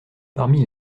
parmi